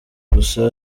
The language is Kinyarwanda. gusa